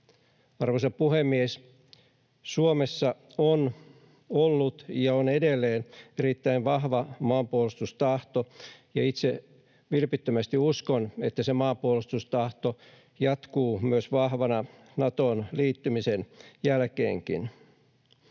Arvoisa puhemies! Suomessa on ollut ja on edelleen erittäin vahva maanpuolustustahto, ja itse vilpittömästi uskon, että se maanpuolustustahto jatkuu myös vahvana Natoon liittymisen jälkeenkin.